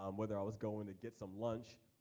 um whether i was goin' to get some lunch,